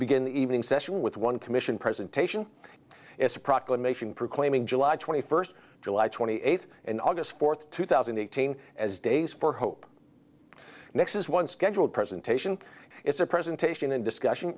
the evening session with one commission presentation it's a proclamation proclaiming july twenty first july twenty eighth and august fourth two thousand and eighteen as days for hope nexus one scheduled presentation is a presentation and discussion